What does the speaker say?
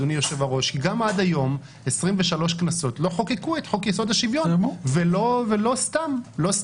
עד היום לא חוקקו את חוק יסוד השוויון, ולא סתם.